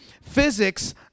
physics